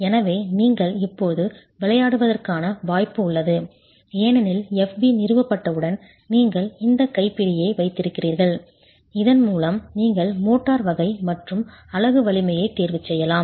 எனவே நீங்கள் இப்போது விளையாடுவதற்கான வாய்ப்பு உள்ளது ஏனெனில் f b நிறுவப்பட்டவுடன் நீங்கள் இந்த கைப்பிடியை வைத்திருக்கிறீர்கள் இதன் மூலம் நீங்கள் மோட்டார் வகை மற்றும் அலகு வலிமையைத் தேர்வுசெய்யலாம்